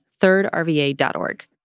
thirdrva.org